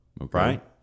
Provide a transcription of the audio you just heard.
right